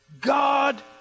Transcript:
God